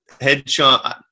headshot